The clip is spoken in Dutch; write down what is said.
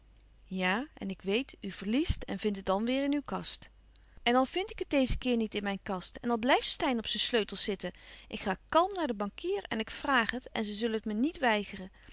ja ik weet u verliest en vindt het dan weêr in uw kast en al vind ik het dezen keer niet in mijn kast en al blijft steyn op zijn sleutels zitten ik ga kalm naar den bankier en ik vraag het en ze zullen het me niet weigeren